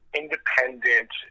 independent